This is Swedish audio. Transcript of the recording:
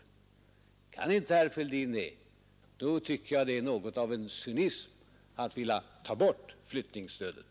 Kan inte herr Fälldin det, då tycker jag att det är något av en cynism att vilja ta bort flyttningsstödet.